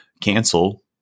cancel